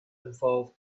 involve